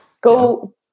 Go